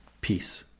Peace